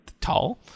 tall –